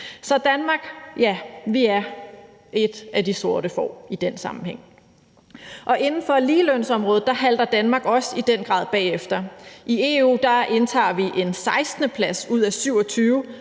i Danmark et af de sorte får i den sammenhæng. Og inden for ligelønsområdet halter Danmark også i den grad bagefter. I EU indtager vi en 16. plads ud af 27,